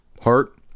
Heart